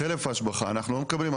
למה